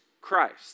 Christ